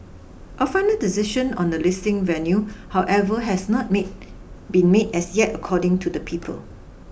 a final decision on the listing venue however has not made been made as yet according to the people